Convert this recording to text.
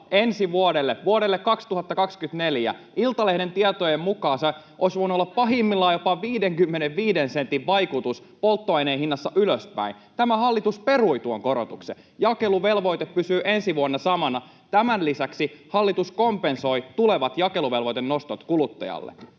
ensi vuodelle, vuodelle 2024. Iltalehden tietojen mukaan sillä olisi voinut olla pahimmillaan jopa 55 sentin vaikutus polttoaineen hinnassa ylöspäin. Tämä hallitus perui tuon korotuksen: jakeluvelvoite pysyy ensi vuonna samana. Tämän lisäksi hallitus kompensoi tulevat jakeluvelvoitteen nostot kuluttajalle.